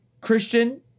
Christian